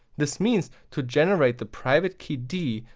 this means to generate the private key d,